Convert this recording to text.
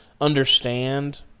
understand